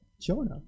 Jonah